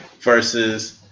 versus